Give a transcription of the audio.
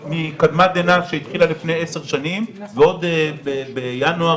מתחם גדול מאוד של אי ודאות.